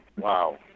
Wow